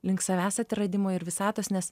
link savęs atradimo ir visatos nes